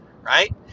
right